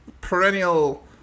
perennial